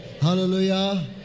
Hallelujah